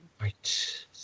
right